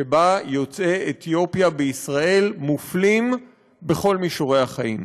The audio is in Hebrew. שבה יוצאי אתיופיה בישראל מופלים בכל מישורי החיים: